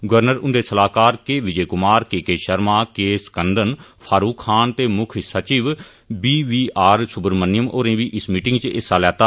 governor हुंदे सलाहकार K Vijay Kumar K K Sharma K Skandan Farooq Khan ते मुक्ख सचिव बी वी आर सुब्रह्मण्यम होरें बी इस मीटिंग च हिस्सा लैता